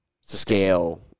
scale